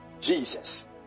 Jesus